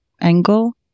angle